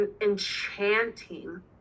enchanting